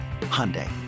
Hyundai